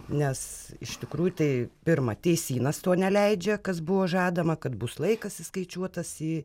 nes iš tikrųjų tai pirma teisynas to neleidžia kas buvo žadama kad bus laikas įskaičiuotas į